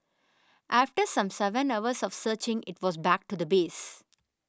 after some seven hours of searching it was back to the base